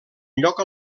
lloc